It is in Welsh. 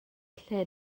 lle